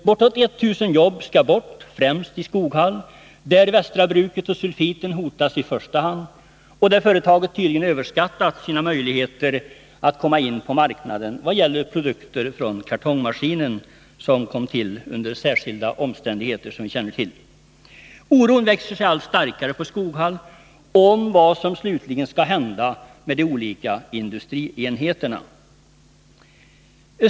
Bortåt 1 000 jobb skall bort främst i Skoghall, där västra bruket och sulfiten hotas i första hand, och där företaget tydligen överskattat sina möjligheter att komma in på marknaden vad gäller produkter från kartongmaskinen, vilken som bekant kom till under särskilda omständigheter. Oron för vad som slutligen skall hända med de olika industrienheterna växer sig allt starkare i Skoghall.